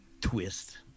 twist